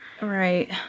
Right